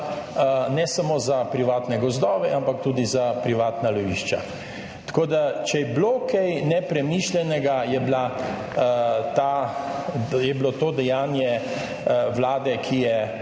ne samo za privatne gozdove, ampak tudi za privatna lovišča. Tako da, če je bilo kaj nepremišljenega, je bila ta, je bilo to dejanje Vlade, ki je